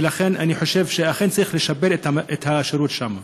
ולכן, אני חושב שאכן צריך לשפר את השירות שם.